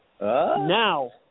Now –